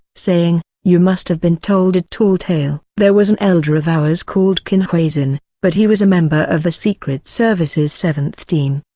saying, you must have been told a tall tale! there was an elder of ours called qin huaizhen, but he was a member of the secret service's seventh team.